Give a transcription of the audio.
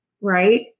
right